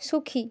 সুখী